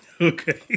Okay